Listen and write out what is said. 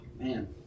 man